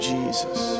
Jesus